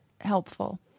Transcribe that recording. helpful